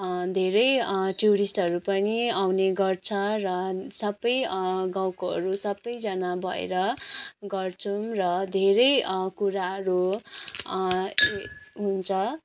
धेरै टुरिस्टहरू पनि आउने गर्छ र सबै गाउँकोहरू सबैजना भएर गर्छौँ र धेरै कुराहरू हुन्छ